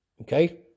okay